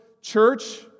church